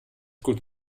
gut